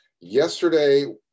Yesterday